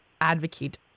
advocate